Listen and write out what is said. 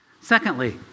Secondly